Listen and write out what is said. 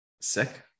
sick